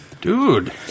Dude